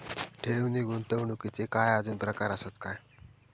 ठेव नी गुंतवणूकचे काय आजुन प्रकार आसत काय?